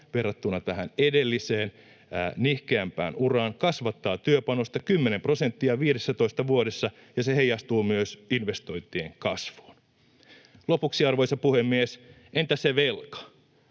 verrattuna tähän edelliseen, nihkeämpään uraan kasvattaa työpanosta 10 prosenttia 15 vuodessa, ja se heijastuu myös investointien kasvuun. Lopuksi, arvoisa puhemies: Entä se velka?